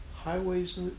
highways